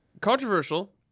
Controversial